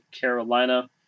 Carolina